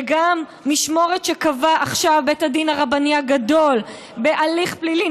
וגם משמורת שקבע עכשיו בית הדין הרבני הגדול בהליך פלילי,